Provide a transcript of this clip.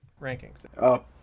rankings